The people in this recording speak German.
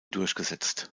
durchgesetzt